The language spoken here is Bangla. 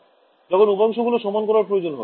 ছাত্র ছাত্রীঃ যখন উপাংশ গুলো সমান করার প্রয়োজন হবে